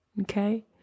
Okay